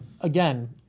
again